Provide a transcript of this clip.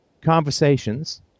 conversations